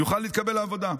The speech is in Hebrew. יוכל להתקבל לעבודה.